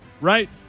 Right